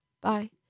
bye